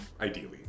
Ideally